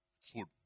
Food